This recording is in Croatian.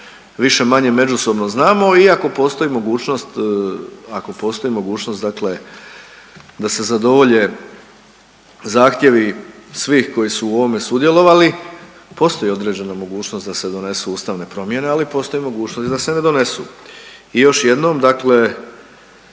više-manje međusobno znamo iako postoji mogućnost, ako postoji mogućnost dakle da se zadovolje zahtjevi svih koji su u ovome sudjelovali. Postoje određene mogućnosti da se donesu ustavne promjene, ali postoji mogućnost i da se ne donesu. I još jednom, dakle